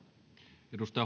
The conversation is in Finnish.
arvoisa